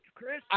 Chris